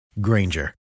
Granger